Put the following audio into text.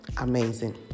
Amazing